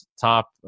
top